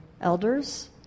elders